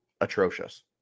atrocious